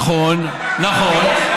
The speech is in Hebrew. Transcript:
נכון, נכון.